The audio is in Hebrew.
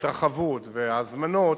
ההתרחבות וההזמנות,